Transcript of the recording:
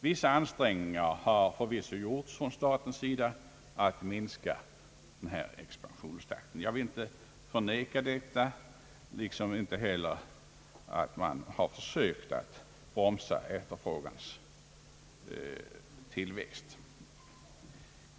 Vissa ansträngningar har förvisso gjorts från statens sida för att minska expansionstakten. Jag vill inte förneka detta och inte heller att man har sökt bromsa efterfrågans tillväxt.